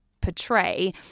portray